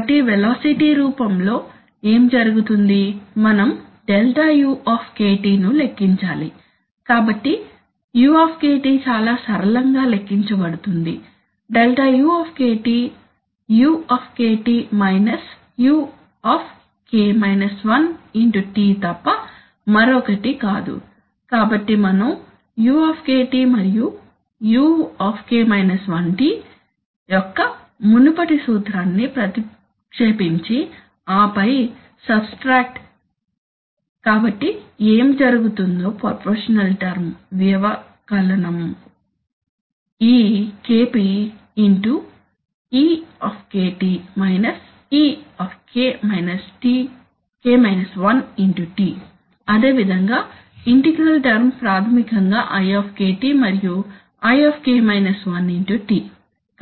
కాబట్టి వెలాసిటీ రూపంలో ఏమి జరుగుతుంది మనం Δu ను లెక్కించాలి కాబట్టి u చాలా సరళంగా లెక్కించబడుతుంది Δu u u T తప్ప మరొకటి కాదు కాబట్టి మనం u మరియు u T యొక్క మునుపటి సూత్రాన్ని ప్రతిక్షేపించి ఆపై సబ్స్ట్రాక్ట్ కాబట్టి ఏమి జరుగుతుందో ప్రపోర్షషనల్ టర్మ్ వ్యవకలనం ఈ KP e e T అదేవిధంగా ఇంటిగ్రల్ టర్మ్ ప్రాథమికంగా i మరియు i T